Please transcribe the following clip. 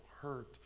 hurt